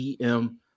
em